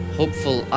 hopeful